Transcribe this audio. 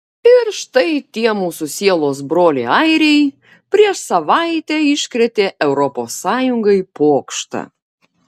ir štai tie mūsų sielos broliai airiai prieš savaitę iškrėtė europos sąjungai pokštą